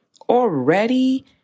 already